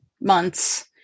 months